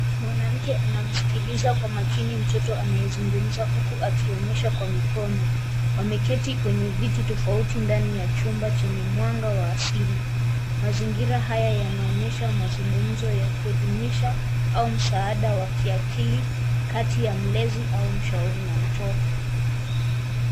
Mwanamke anamsikiliza kwa makini mto amesungumza huku akionyesha kwa mkono, wameketi kwenye viti tafauti ndani ya jumba chenye mwanga wa asili. Mazingira haya yanaonyesha mazungumzo ya kuelimisha au msaada wa kiakili kati ya mlezi au mshauri na mtoto.